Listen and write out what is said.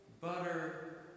butter